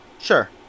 Sure